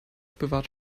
bewahrt